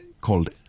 called